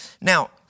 Now